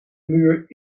muur